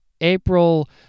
April